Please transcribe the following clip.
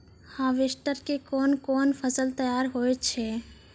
Harvester के कोन कोन फसल तैयार होय छै?